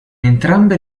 entrambe